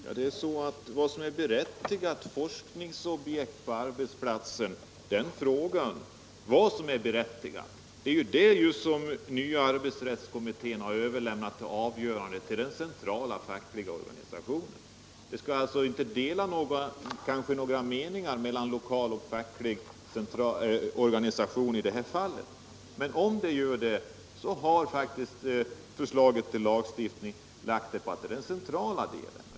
Herr talman! Frågan om vad som är berättigade forskningsobjekt på arbetsplatsen har ju den nya arbetsrättskommittén överlämnat för avgörande till den centrala fackliga organisationen. Det skall inte råda några delade meningar mellan lokal och central organisation i det här fallet. Men om det gör det har faktiskt lagförslaget lagt ansvaret på den centrala organisationen.